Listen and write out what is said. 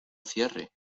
cierre